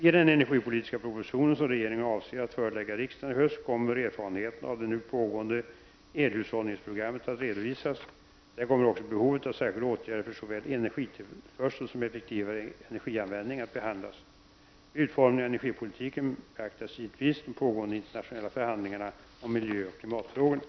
I den enegipolitiska proposition som regeringen avser att förelägga riksdagen i höst kommer erfarenheterna av det nu pågående elhushållningsprogrammet att redovisas. Där kommer också behovet av särskilda åtgärder för såväl energitillförsel som effektivare energianvändning att behandlas. Vid utformningen av energipolitiken beaktas givetvis de pågående internationella förhandlingarna om miljöoch klimatfrågorna.